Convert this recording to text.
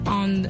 on